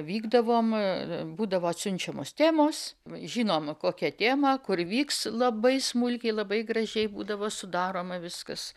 vykdavom būdavo atsiunčiamos temos žinoma kokia tema kur vyks labai smulkiai labai gražiai būdavo sudaroma viskas